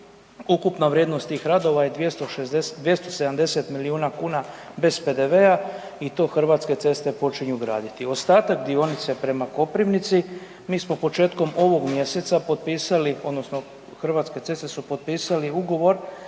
Ukupna vrijednost tih radova je 270 milijuna kuna bez PDV-a i to Hrvatske ceste počinju graditi. Ostatak dionice prema Koprivnici, mi smo početkom ovog mjeseca potpisali odnosno Hrvatske ceste su potpisali ugovor